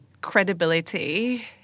credibility